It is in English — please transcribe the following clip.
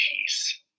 peace